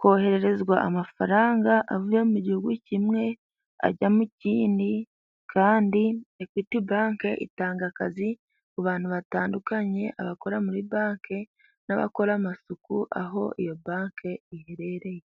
kohererezwa amafaranga avuye mu gihugu kimwe ajya mu kindi, kandi Ekwiti banki itanga akazi ku bantu batandukanye. Abakora muri banki n'abakora amasuku aho iyo banki iherereye.